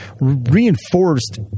reinforced